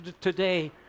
today